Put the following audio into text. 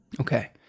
Okay